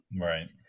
Right